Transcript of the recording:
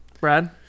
brad